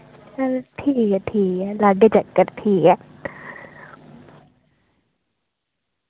चलो ठीक ऐ ठीक ऐ लाग्गे चक्कर ठीक ऐ